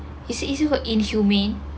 is it isn't inhumane